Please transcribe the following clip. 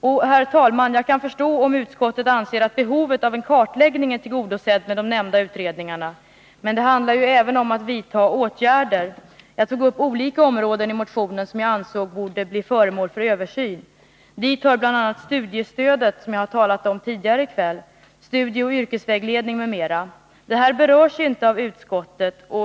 Och, herr talman, jag kan förstå om utskottet anser att behovet av en kartläggning är tillgodosett genom de nämnda utredningarna, men det handlar ju även om att vidta åtgärder. Jag tog i motionen upp olika områden som jag ansåg borde bli föremål för översyn. Dit hör bl.a. studiestöd, som jag talat om tidigare i kväll, studieoch yrkesvägledning m.m. Detta berörs inte av utskottet.